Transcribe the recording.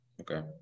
Okay